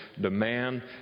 demand